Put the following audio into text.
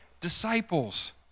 disciples